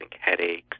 headaches